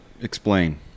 explain